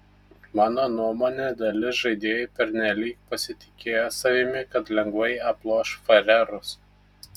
mano nuomone dalis žaidėjų pernelyg pasitikėjo savimi kad lengvai aploš farerus